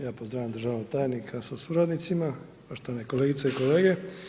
Ja pozdravljam državnog tajnika sa suradnicima, poštovane kolegice i kolege.